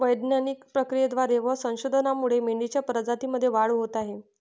वैज्ञानिक प्रक्रियेद्वारे व संशोधनामुळे मेंढीच्या प्रजातीमध्ये वाढ होत आहे